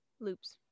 loops